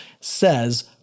says